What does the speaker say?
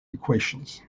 equations